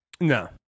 No